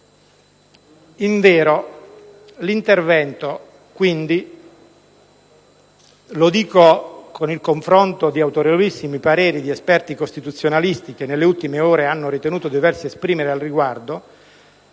Invero - e lo dico con il conforto di autorevolissimi pareri di esperti costituzionalisti che nelle ultime ore hanno ritenuto di doversi esprimere al riguardo